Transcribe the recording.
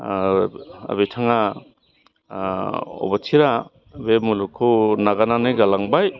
बिथाङा अबथिरा बे मुलुगखौ नागारनानै गालांबाय